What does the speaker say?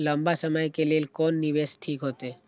लंबा समय के लेल कोन निवेश ठीक होते?